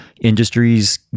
industries